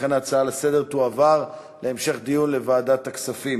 לכן ההצעה לסדר-היום תועבר להמשך דיון לוועדת הכספים.